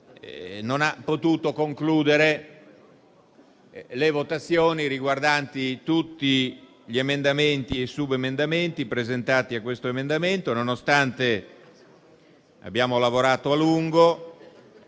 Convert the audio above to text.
non ha potuto concludere le votazioni riguardanti tutti gli emendamenti e i subemendamenti che erano stati presentati. Nonostante abbiamo lavorato a lungo